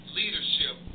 leadership